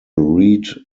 reed